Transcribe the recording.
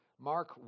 Mark